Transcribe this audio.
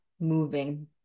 moving